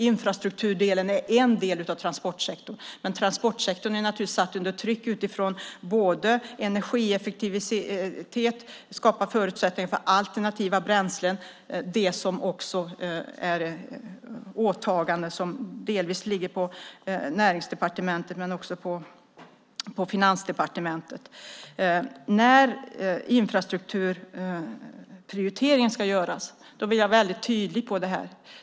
Infrastrukturen är en del av transportsektorn, men transportsektorn är satt under tryck när det gäller energieffektivitet och att skapa förutsättningar för alternativa bränslen. Det är åtaganden som ligger både på Näringsdepartementet och på Finansdepartementet. När infrastrukturprioriteringen ska göras är jag tydlig med detta.